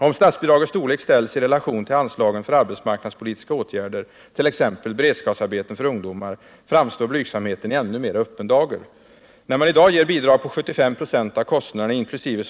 Om statsbidragets storlek ställs i relation till anslagen för arbetsmarknadspolitiska åtgärder — t.ex. beredskapsarbeten för ungdomar — framstår blygsamheten i ännu mera öppen dager. När man i dag ger bidrag på 75 96 av kostnaderna inkl.